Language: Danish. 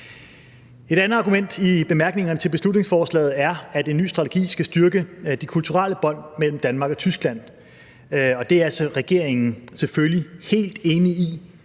Et andet argument i bemærkningerne til beslutningsforslaget er, at en ny strategi skal styrke de kulturelle bånd mellem Danmark og Tyskland. Og det er regeringen selvfølgelig helt enig i